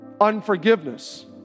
Unforgiveness